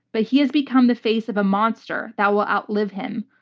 but he has become the face of a monster that will outlive him.